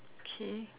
K